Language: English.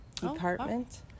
department